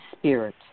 Spirit